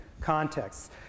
contexts